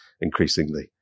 increasingly